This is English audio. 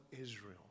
Israel